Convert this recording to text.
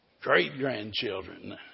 Great-grandchildren